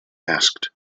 asked